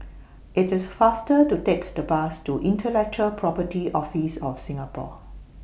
IT IS faster to Take The Bus to Intellectual Property Office of Singapore